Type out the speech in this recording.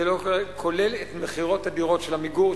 זה לא כולל את מכירות הדירות של "עמיגור",